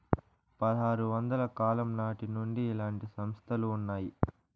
పదహారు వందల కాలం నాటి నుండి ఇలాంటి సంస్థలు ఉన్నాయి